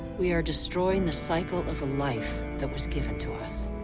we are destroying the cycle of a life that was given to us.